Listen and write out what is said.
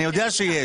אני יודע שיש.